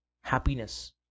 Happiness